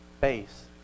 base